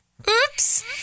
Oops